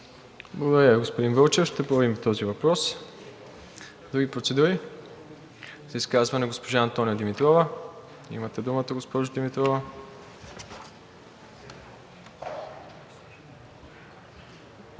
Благодаря Ви, господин Вълчев. Ще проверим този въпрос. Други процедури? За изказване – госпожа Антония Димитрова. Имате думата, госпожо Димитрова.